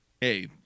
hey